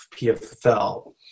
PFL